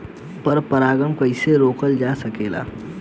पर परागन कइसे रोकल जा सकेला?